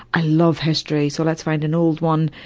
i love history so let's find an old one.